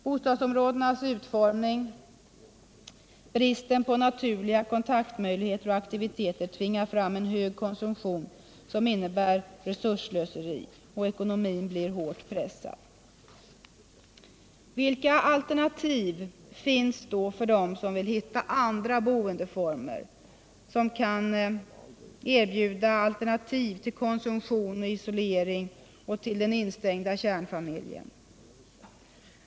Bostadsområdenas utformning och bristen på naturliga kontaktmöjligheter och aktiviteter tvingar fram en hög konsumtion som innebär resursslöseri. Ekonomin blir hårt pressad. Vilka alternativ finns då för de.n som vill hitta andra boendeformer, som kan erbjuda alternativ till konsumtion och isolering och till den instängda kärnfamiljen?